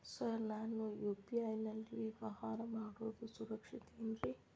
Sir ನಾನು UPI ನಲ್ಲಿ ವ್ಯವಹಾರ ಮಾಡೋದು ಸುರಕ್ಷಿತ ಏನ್ರಿ?